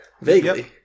vaguely